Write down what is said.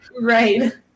Right